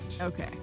Okay